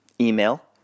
Email